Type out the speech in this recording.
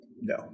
no